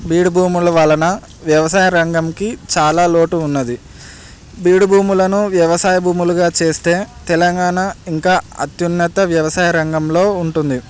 బీడు భూముల వలన వ్యవసాయ రంగంకి చాలా లోటు ఉన్నది బీడు భూములను వ్యవసాయ భూములుగా చేస్తే తెలంగాణ ఇంకా అత్యున్నత వ్యవసాయ రంగంలో ఉంటుంది